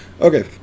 okay